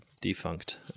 defunct